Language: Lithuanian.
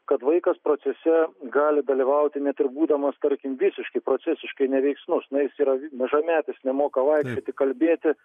kad vaikas procese gali dalyvauti net ir būdamas tarkim visiškai procesiškai neveiksnus na jis yra mažametis nemoka vaikščioti kalbėti